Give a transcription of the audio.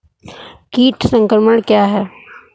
कीट संक्रमण क्या है?